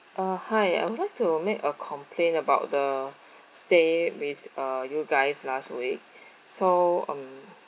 uh hi I would like to make a complain about the stay with uh you guys last week so um